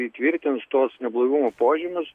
įtvirtins tuos neblaivumo požymius